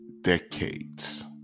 decades